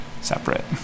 separate